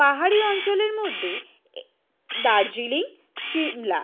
পাহাড়ি অঞ্চলের মধ্যে এ দার্জিলিং সিমলা